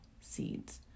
seeds